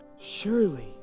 surely